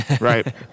Right